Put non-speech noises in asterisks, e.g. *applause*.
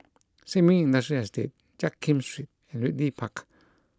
*noise* Sin Ming Industrial Estate Jiak Kim Street and Ridley Park